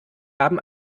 haben